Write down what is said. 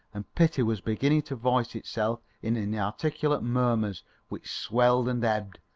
and pity was beginning to voice itself in inarticulate murmurs which swelled and ebbed,